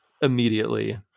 immediately